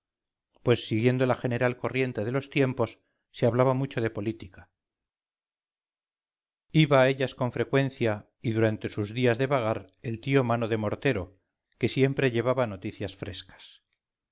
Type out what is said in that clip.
pues siguiendo la general corriente de los tiempos se hablaba mucho de política iba a ellas con frecuencia y durante sus días de vagar el tío mano de mortero que siempre llevaba noticias frescas